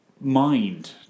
mind